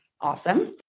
awesome